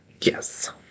Yes